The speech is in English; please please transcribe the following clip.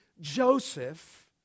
Joseph